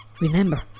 Remember